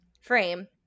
frame